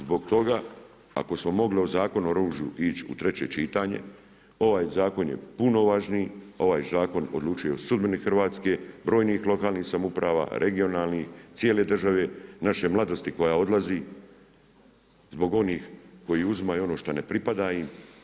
Zbog toga ako smo mogli o Zakonu o oružju ići u treće čitanje ovaj zakon je puno važniji, ovaj zakon odlučuje o sudbini Hrvatske, brojnih lokalnih samouprava, regionalnih, cijele države, naše mladosti koja odlazi zbog onih koji uzimaju ono što ne pripada im.